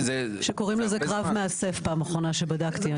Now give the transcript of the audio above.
קוראים לזה קרב מאסף בפעם האחרונה שאני בדקתי,